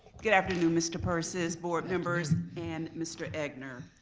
good afternoon mr. persis, board members, and mr. egnor.